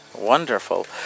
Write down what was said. Wonderful